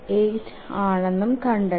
78 ആണെന്നും കണ്ടെത്തി